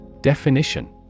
Definition